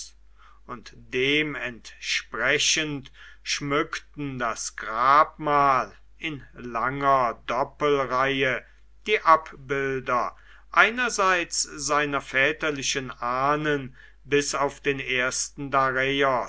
und dem entsprechend schmückten das grabmal in langer doppelreihe die abbilder einerseits seiner väterlichen ahnen bis auf den ersten